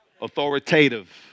Authoritative